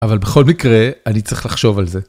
אבל בכל מקרה, אני צריך לחשוב על זה.